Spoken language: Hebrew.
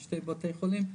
בין שתי בתי חולים,